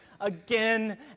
Again